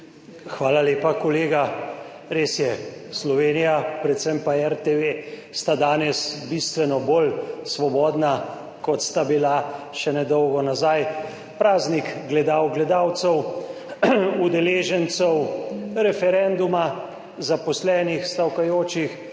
Hvala lepa, kolega. Res je, Slovenija, predvsem pa RTV sta danes bistveno bolj svobodna kot sta bila še nedolgo nazaj. Praznik gledalk, gledalcev, udeležencev referenduma, zaposlenih, stavkajočih,